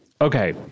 okay